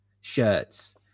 shirts